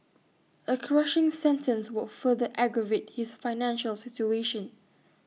A crushing sentence would further aggravate his financial situation